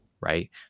right